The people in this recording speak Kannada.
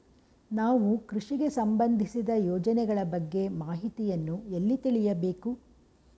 ನಾವು ಕೃಷಿಗೆ ಸಂಬಂದಿಸಿದ ಯೋಜನೆಗಳ ಬಗ್ಗೆ ಮಾಹಿತಿಯನ್ನು ಎಲ್ಲಿ ತಿಳಿಯಬೇಕು?